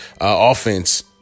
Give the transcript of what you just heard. offense